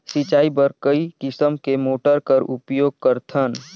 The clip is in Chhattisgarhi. सिंचाई बर कई किसम के मोटर कर उपयोग करथन?